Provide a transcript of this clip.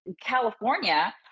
California